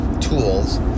tools